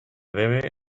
debe